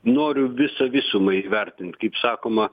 noriu visą visumą įvertint kaip sakoma